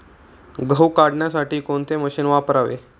गहू काढण्यासाठी कोणते मशीन वापरावे?